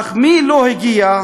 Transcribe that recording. אך מי לא הגיע?